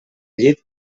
llit